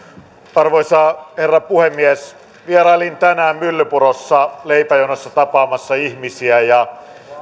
arvoisa herra puhemies vierailin tänään myllypurossa leipäjonossa tapaamassa ihmisiä